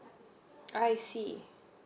I see